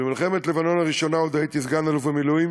במלחמת לבנון הראשונה עוד הייתי סגן-אלוף במילואים